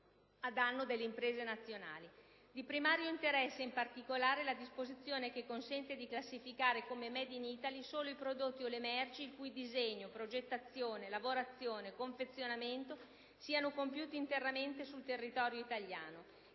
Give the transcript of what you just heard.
a danno delle imprese nazionali. Di primario interesse, in particolare, la disposizione che consente di classificare come *made* *in* *Italy* solo i prodotti o le merci il cui disegno, progettazione, lavorazione e confezionamento siano compiuti interamente sul territorio italiano.